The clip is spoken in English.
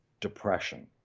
depression